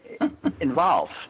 involved